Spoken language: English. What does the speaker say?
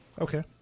Okay